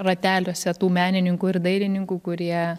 rateliuose tų menininkų ir dailininkų kurie